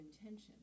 intention